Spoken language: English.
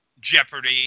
Jeopardy